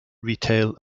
retail